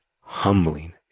humbling